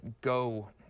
go